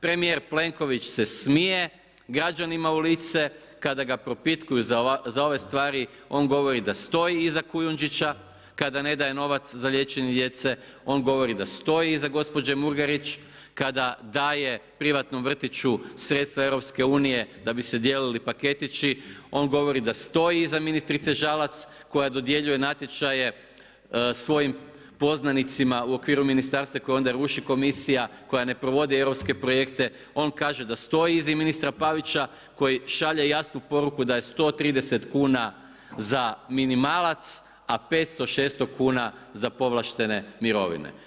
Premijer Plenković se smije građanima u lice kada ga propitkuju za ove stvari, on govori da stoji iza Kujundžića, kada ne daje novac za liječenje djece, on govori da stoji iza gospođe Murganić, kada daje privatnom vrtiću sredstva EU-a da bi se dijelili paketići, on govori da stoji iza ministrice Žalac koja dodjeljuje natječaje svojim poznanicima u okviru ministarstva koja onda ruši komisija koja ne prevodi europske projekte, on kaže da stoji iza ministra Pavića koji šalje jasnu poruku da je 130 kuna za minimalac a 500, 600 kuna za povlaštene mirovine.